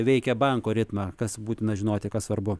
veikia banko ritmą kas būtina žinoti kas svarbu